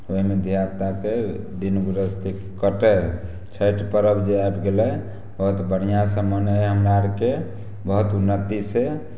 ओहिमे धिआपुताके दिन गुजर कटै छठि परब जे आबि गेलै बहुत बढ़िआँसँ मनै हमरा आरके बहुत उन्नति से